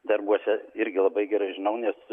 darbuose irgi labai gerai žinau nes